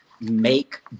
Make